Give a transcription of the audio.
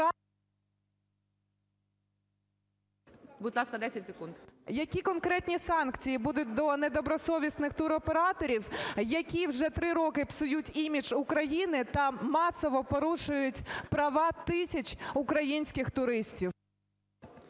Будь ласка, 10 секунд. РОМАНОВА А.А. Які конкретні санкції будуть до недобросовісних туроператорів, які вже 3 роки псують імідж України та масово порушують права тисяч українських туристів?